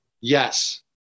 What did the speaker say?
Yes